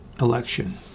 election